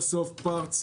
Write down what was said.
Airsoft parts.